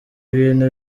ibintu